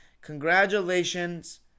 Congratulations